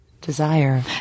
desire